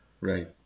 Right